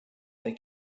they